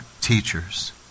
teachers